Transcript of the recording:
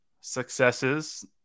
successes –